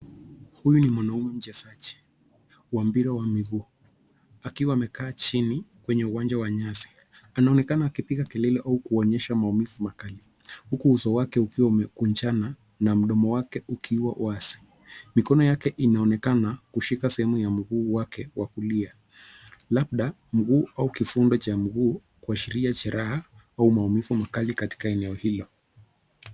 Huyu ni mwanamume mchezaji wa mpira wa miguu akiwa amekaa chini kwenye uwanja wa nyasi. Anaonekana akipiga kelele au kuonyesha maumivu makali huku uso wake ukiwa ukiwa umekunjana na mdomo wake ukiwa wazi. Mikono yake inaonekana kushika sehemu ya mguu wake wa kulia labda mguu au kifundo cha mguu kuashiria jeraha au maumivu makali katika eneo hilo.